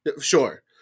Sure